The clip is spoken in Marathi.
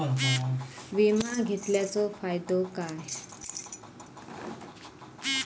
विमा घेतल्याचो फाईदो काय?